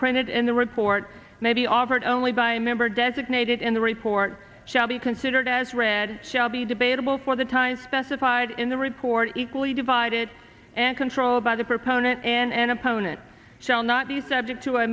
printed in the report may be offered only by a member designated in the report shall be considered as read shall be debatable for the time specified in the report equally divided and controlled by the proponent and opponent shall not be subject to